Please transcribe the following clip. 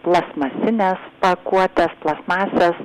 plastmasinės pakuotės plastmasės